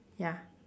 ya